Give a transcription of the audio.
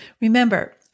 Remember